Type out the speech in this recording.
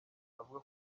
avuga